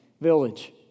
village